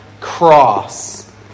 cross